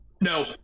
No